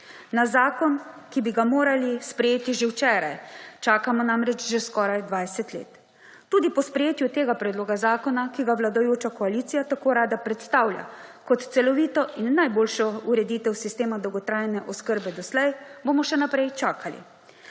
Na zakon, ki bi ga morali sprejeti že včeraj, čakamo namreč že skoraj 20 let. Tudi po sprejetju tega predloga zakona, ki ga vladajoča koalicija tako rada predstavlja kot celovito in najboljšo uredite sistema dolgotrajne oskrbe doslej, bomo še naprej čakali.